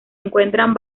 encuentran